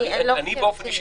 אני לא גורם מקצועי.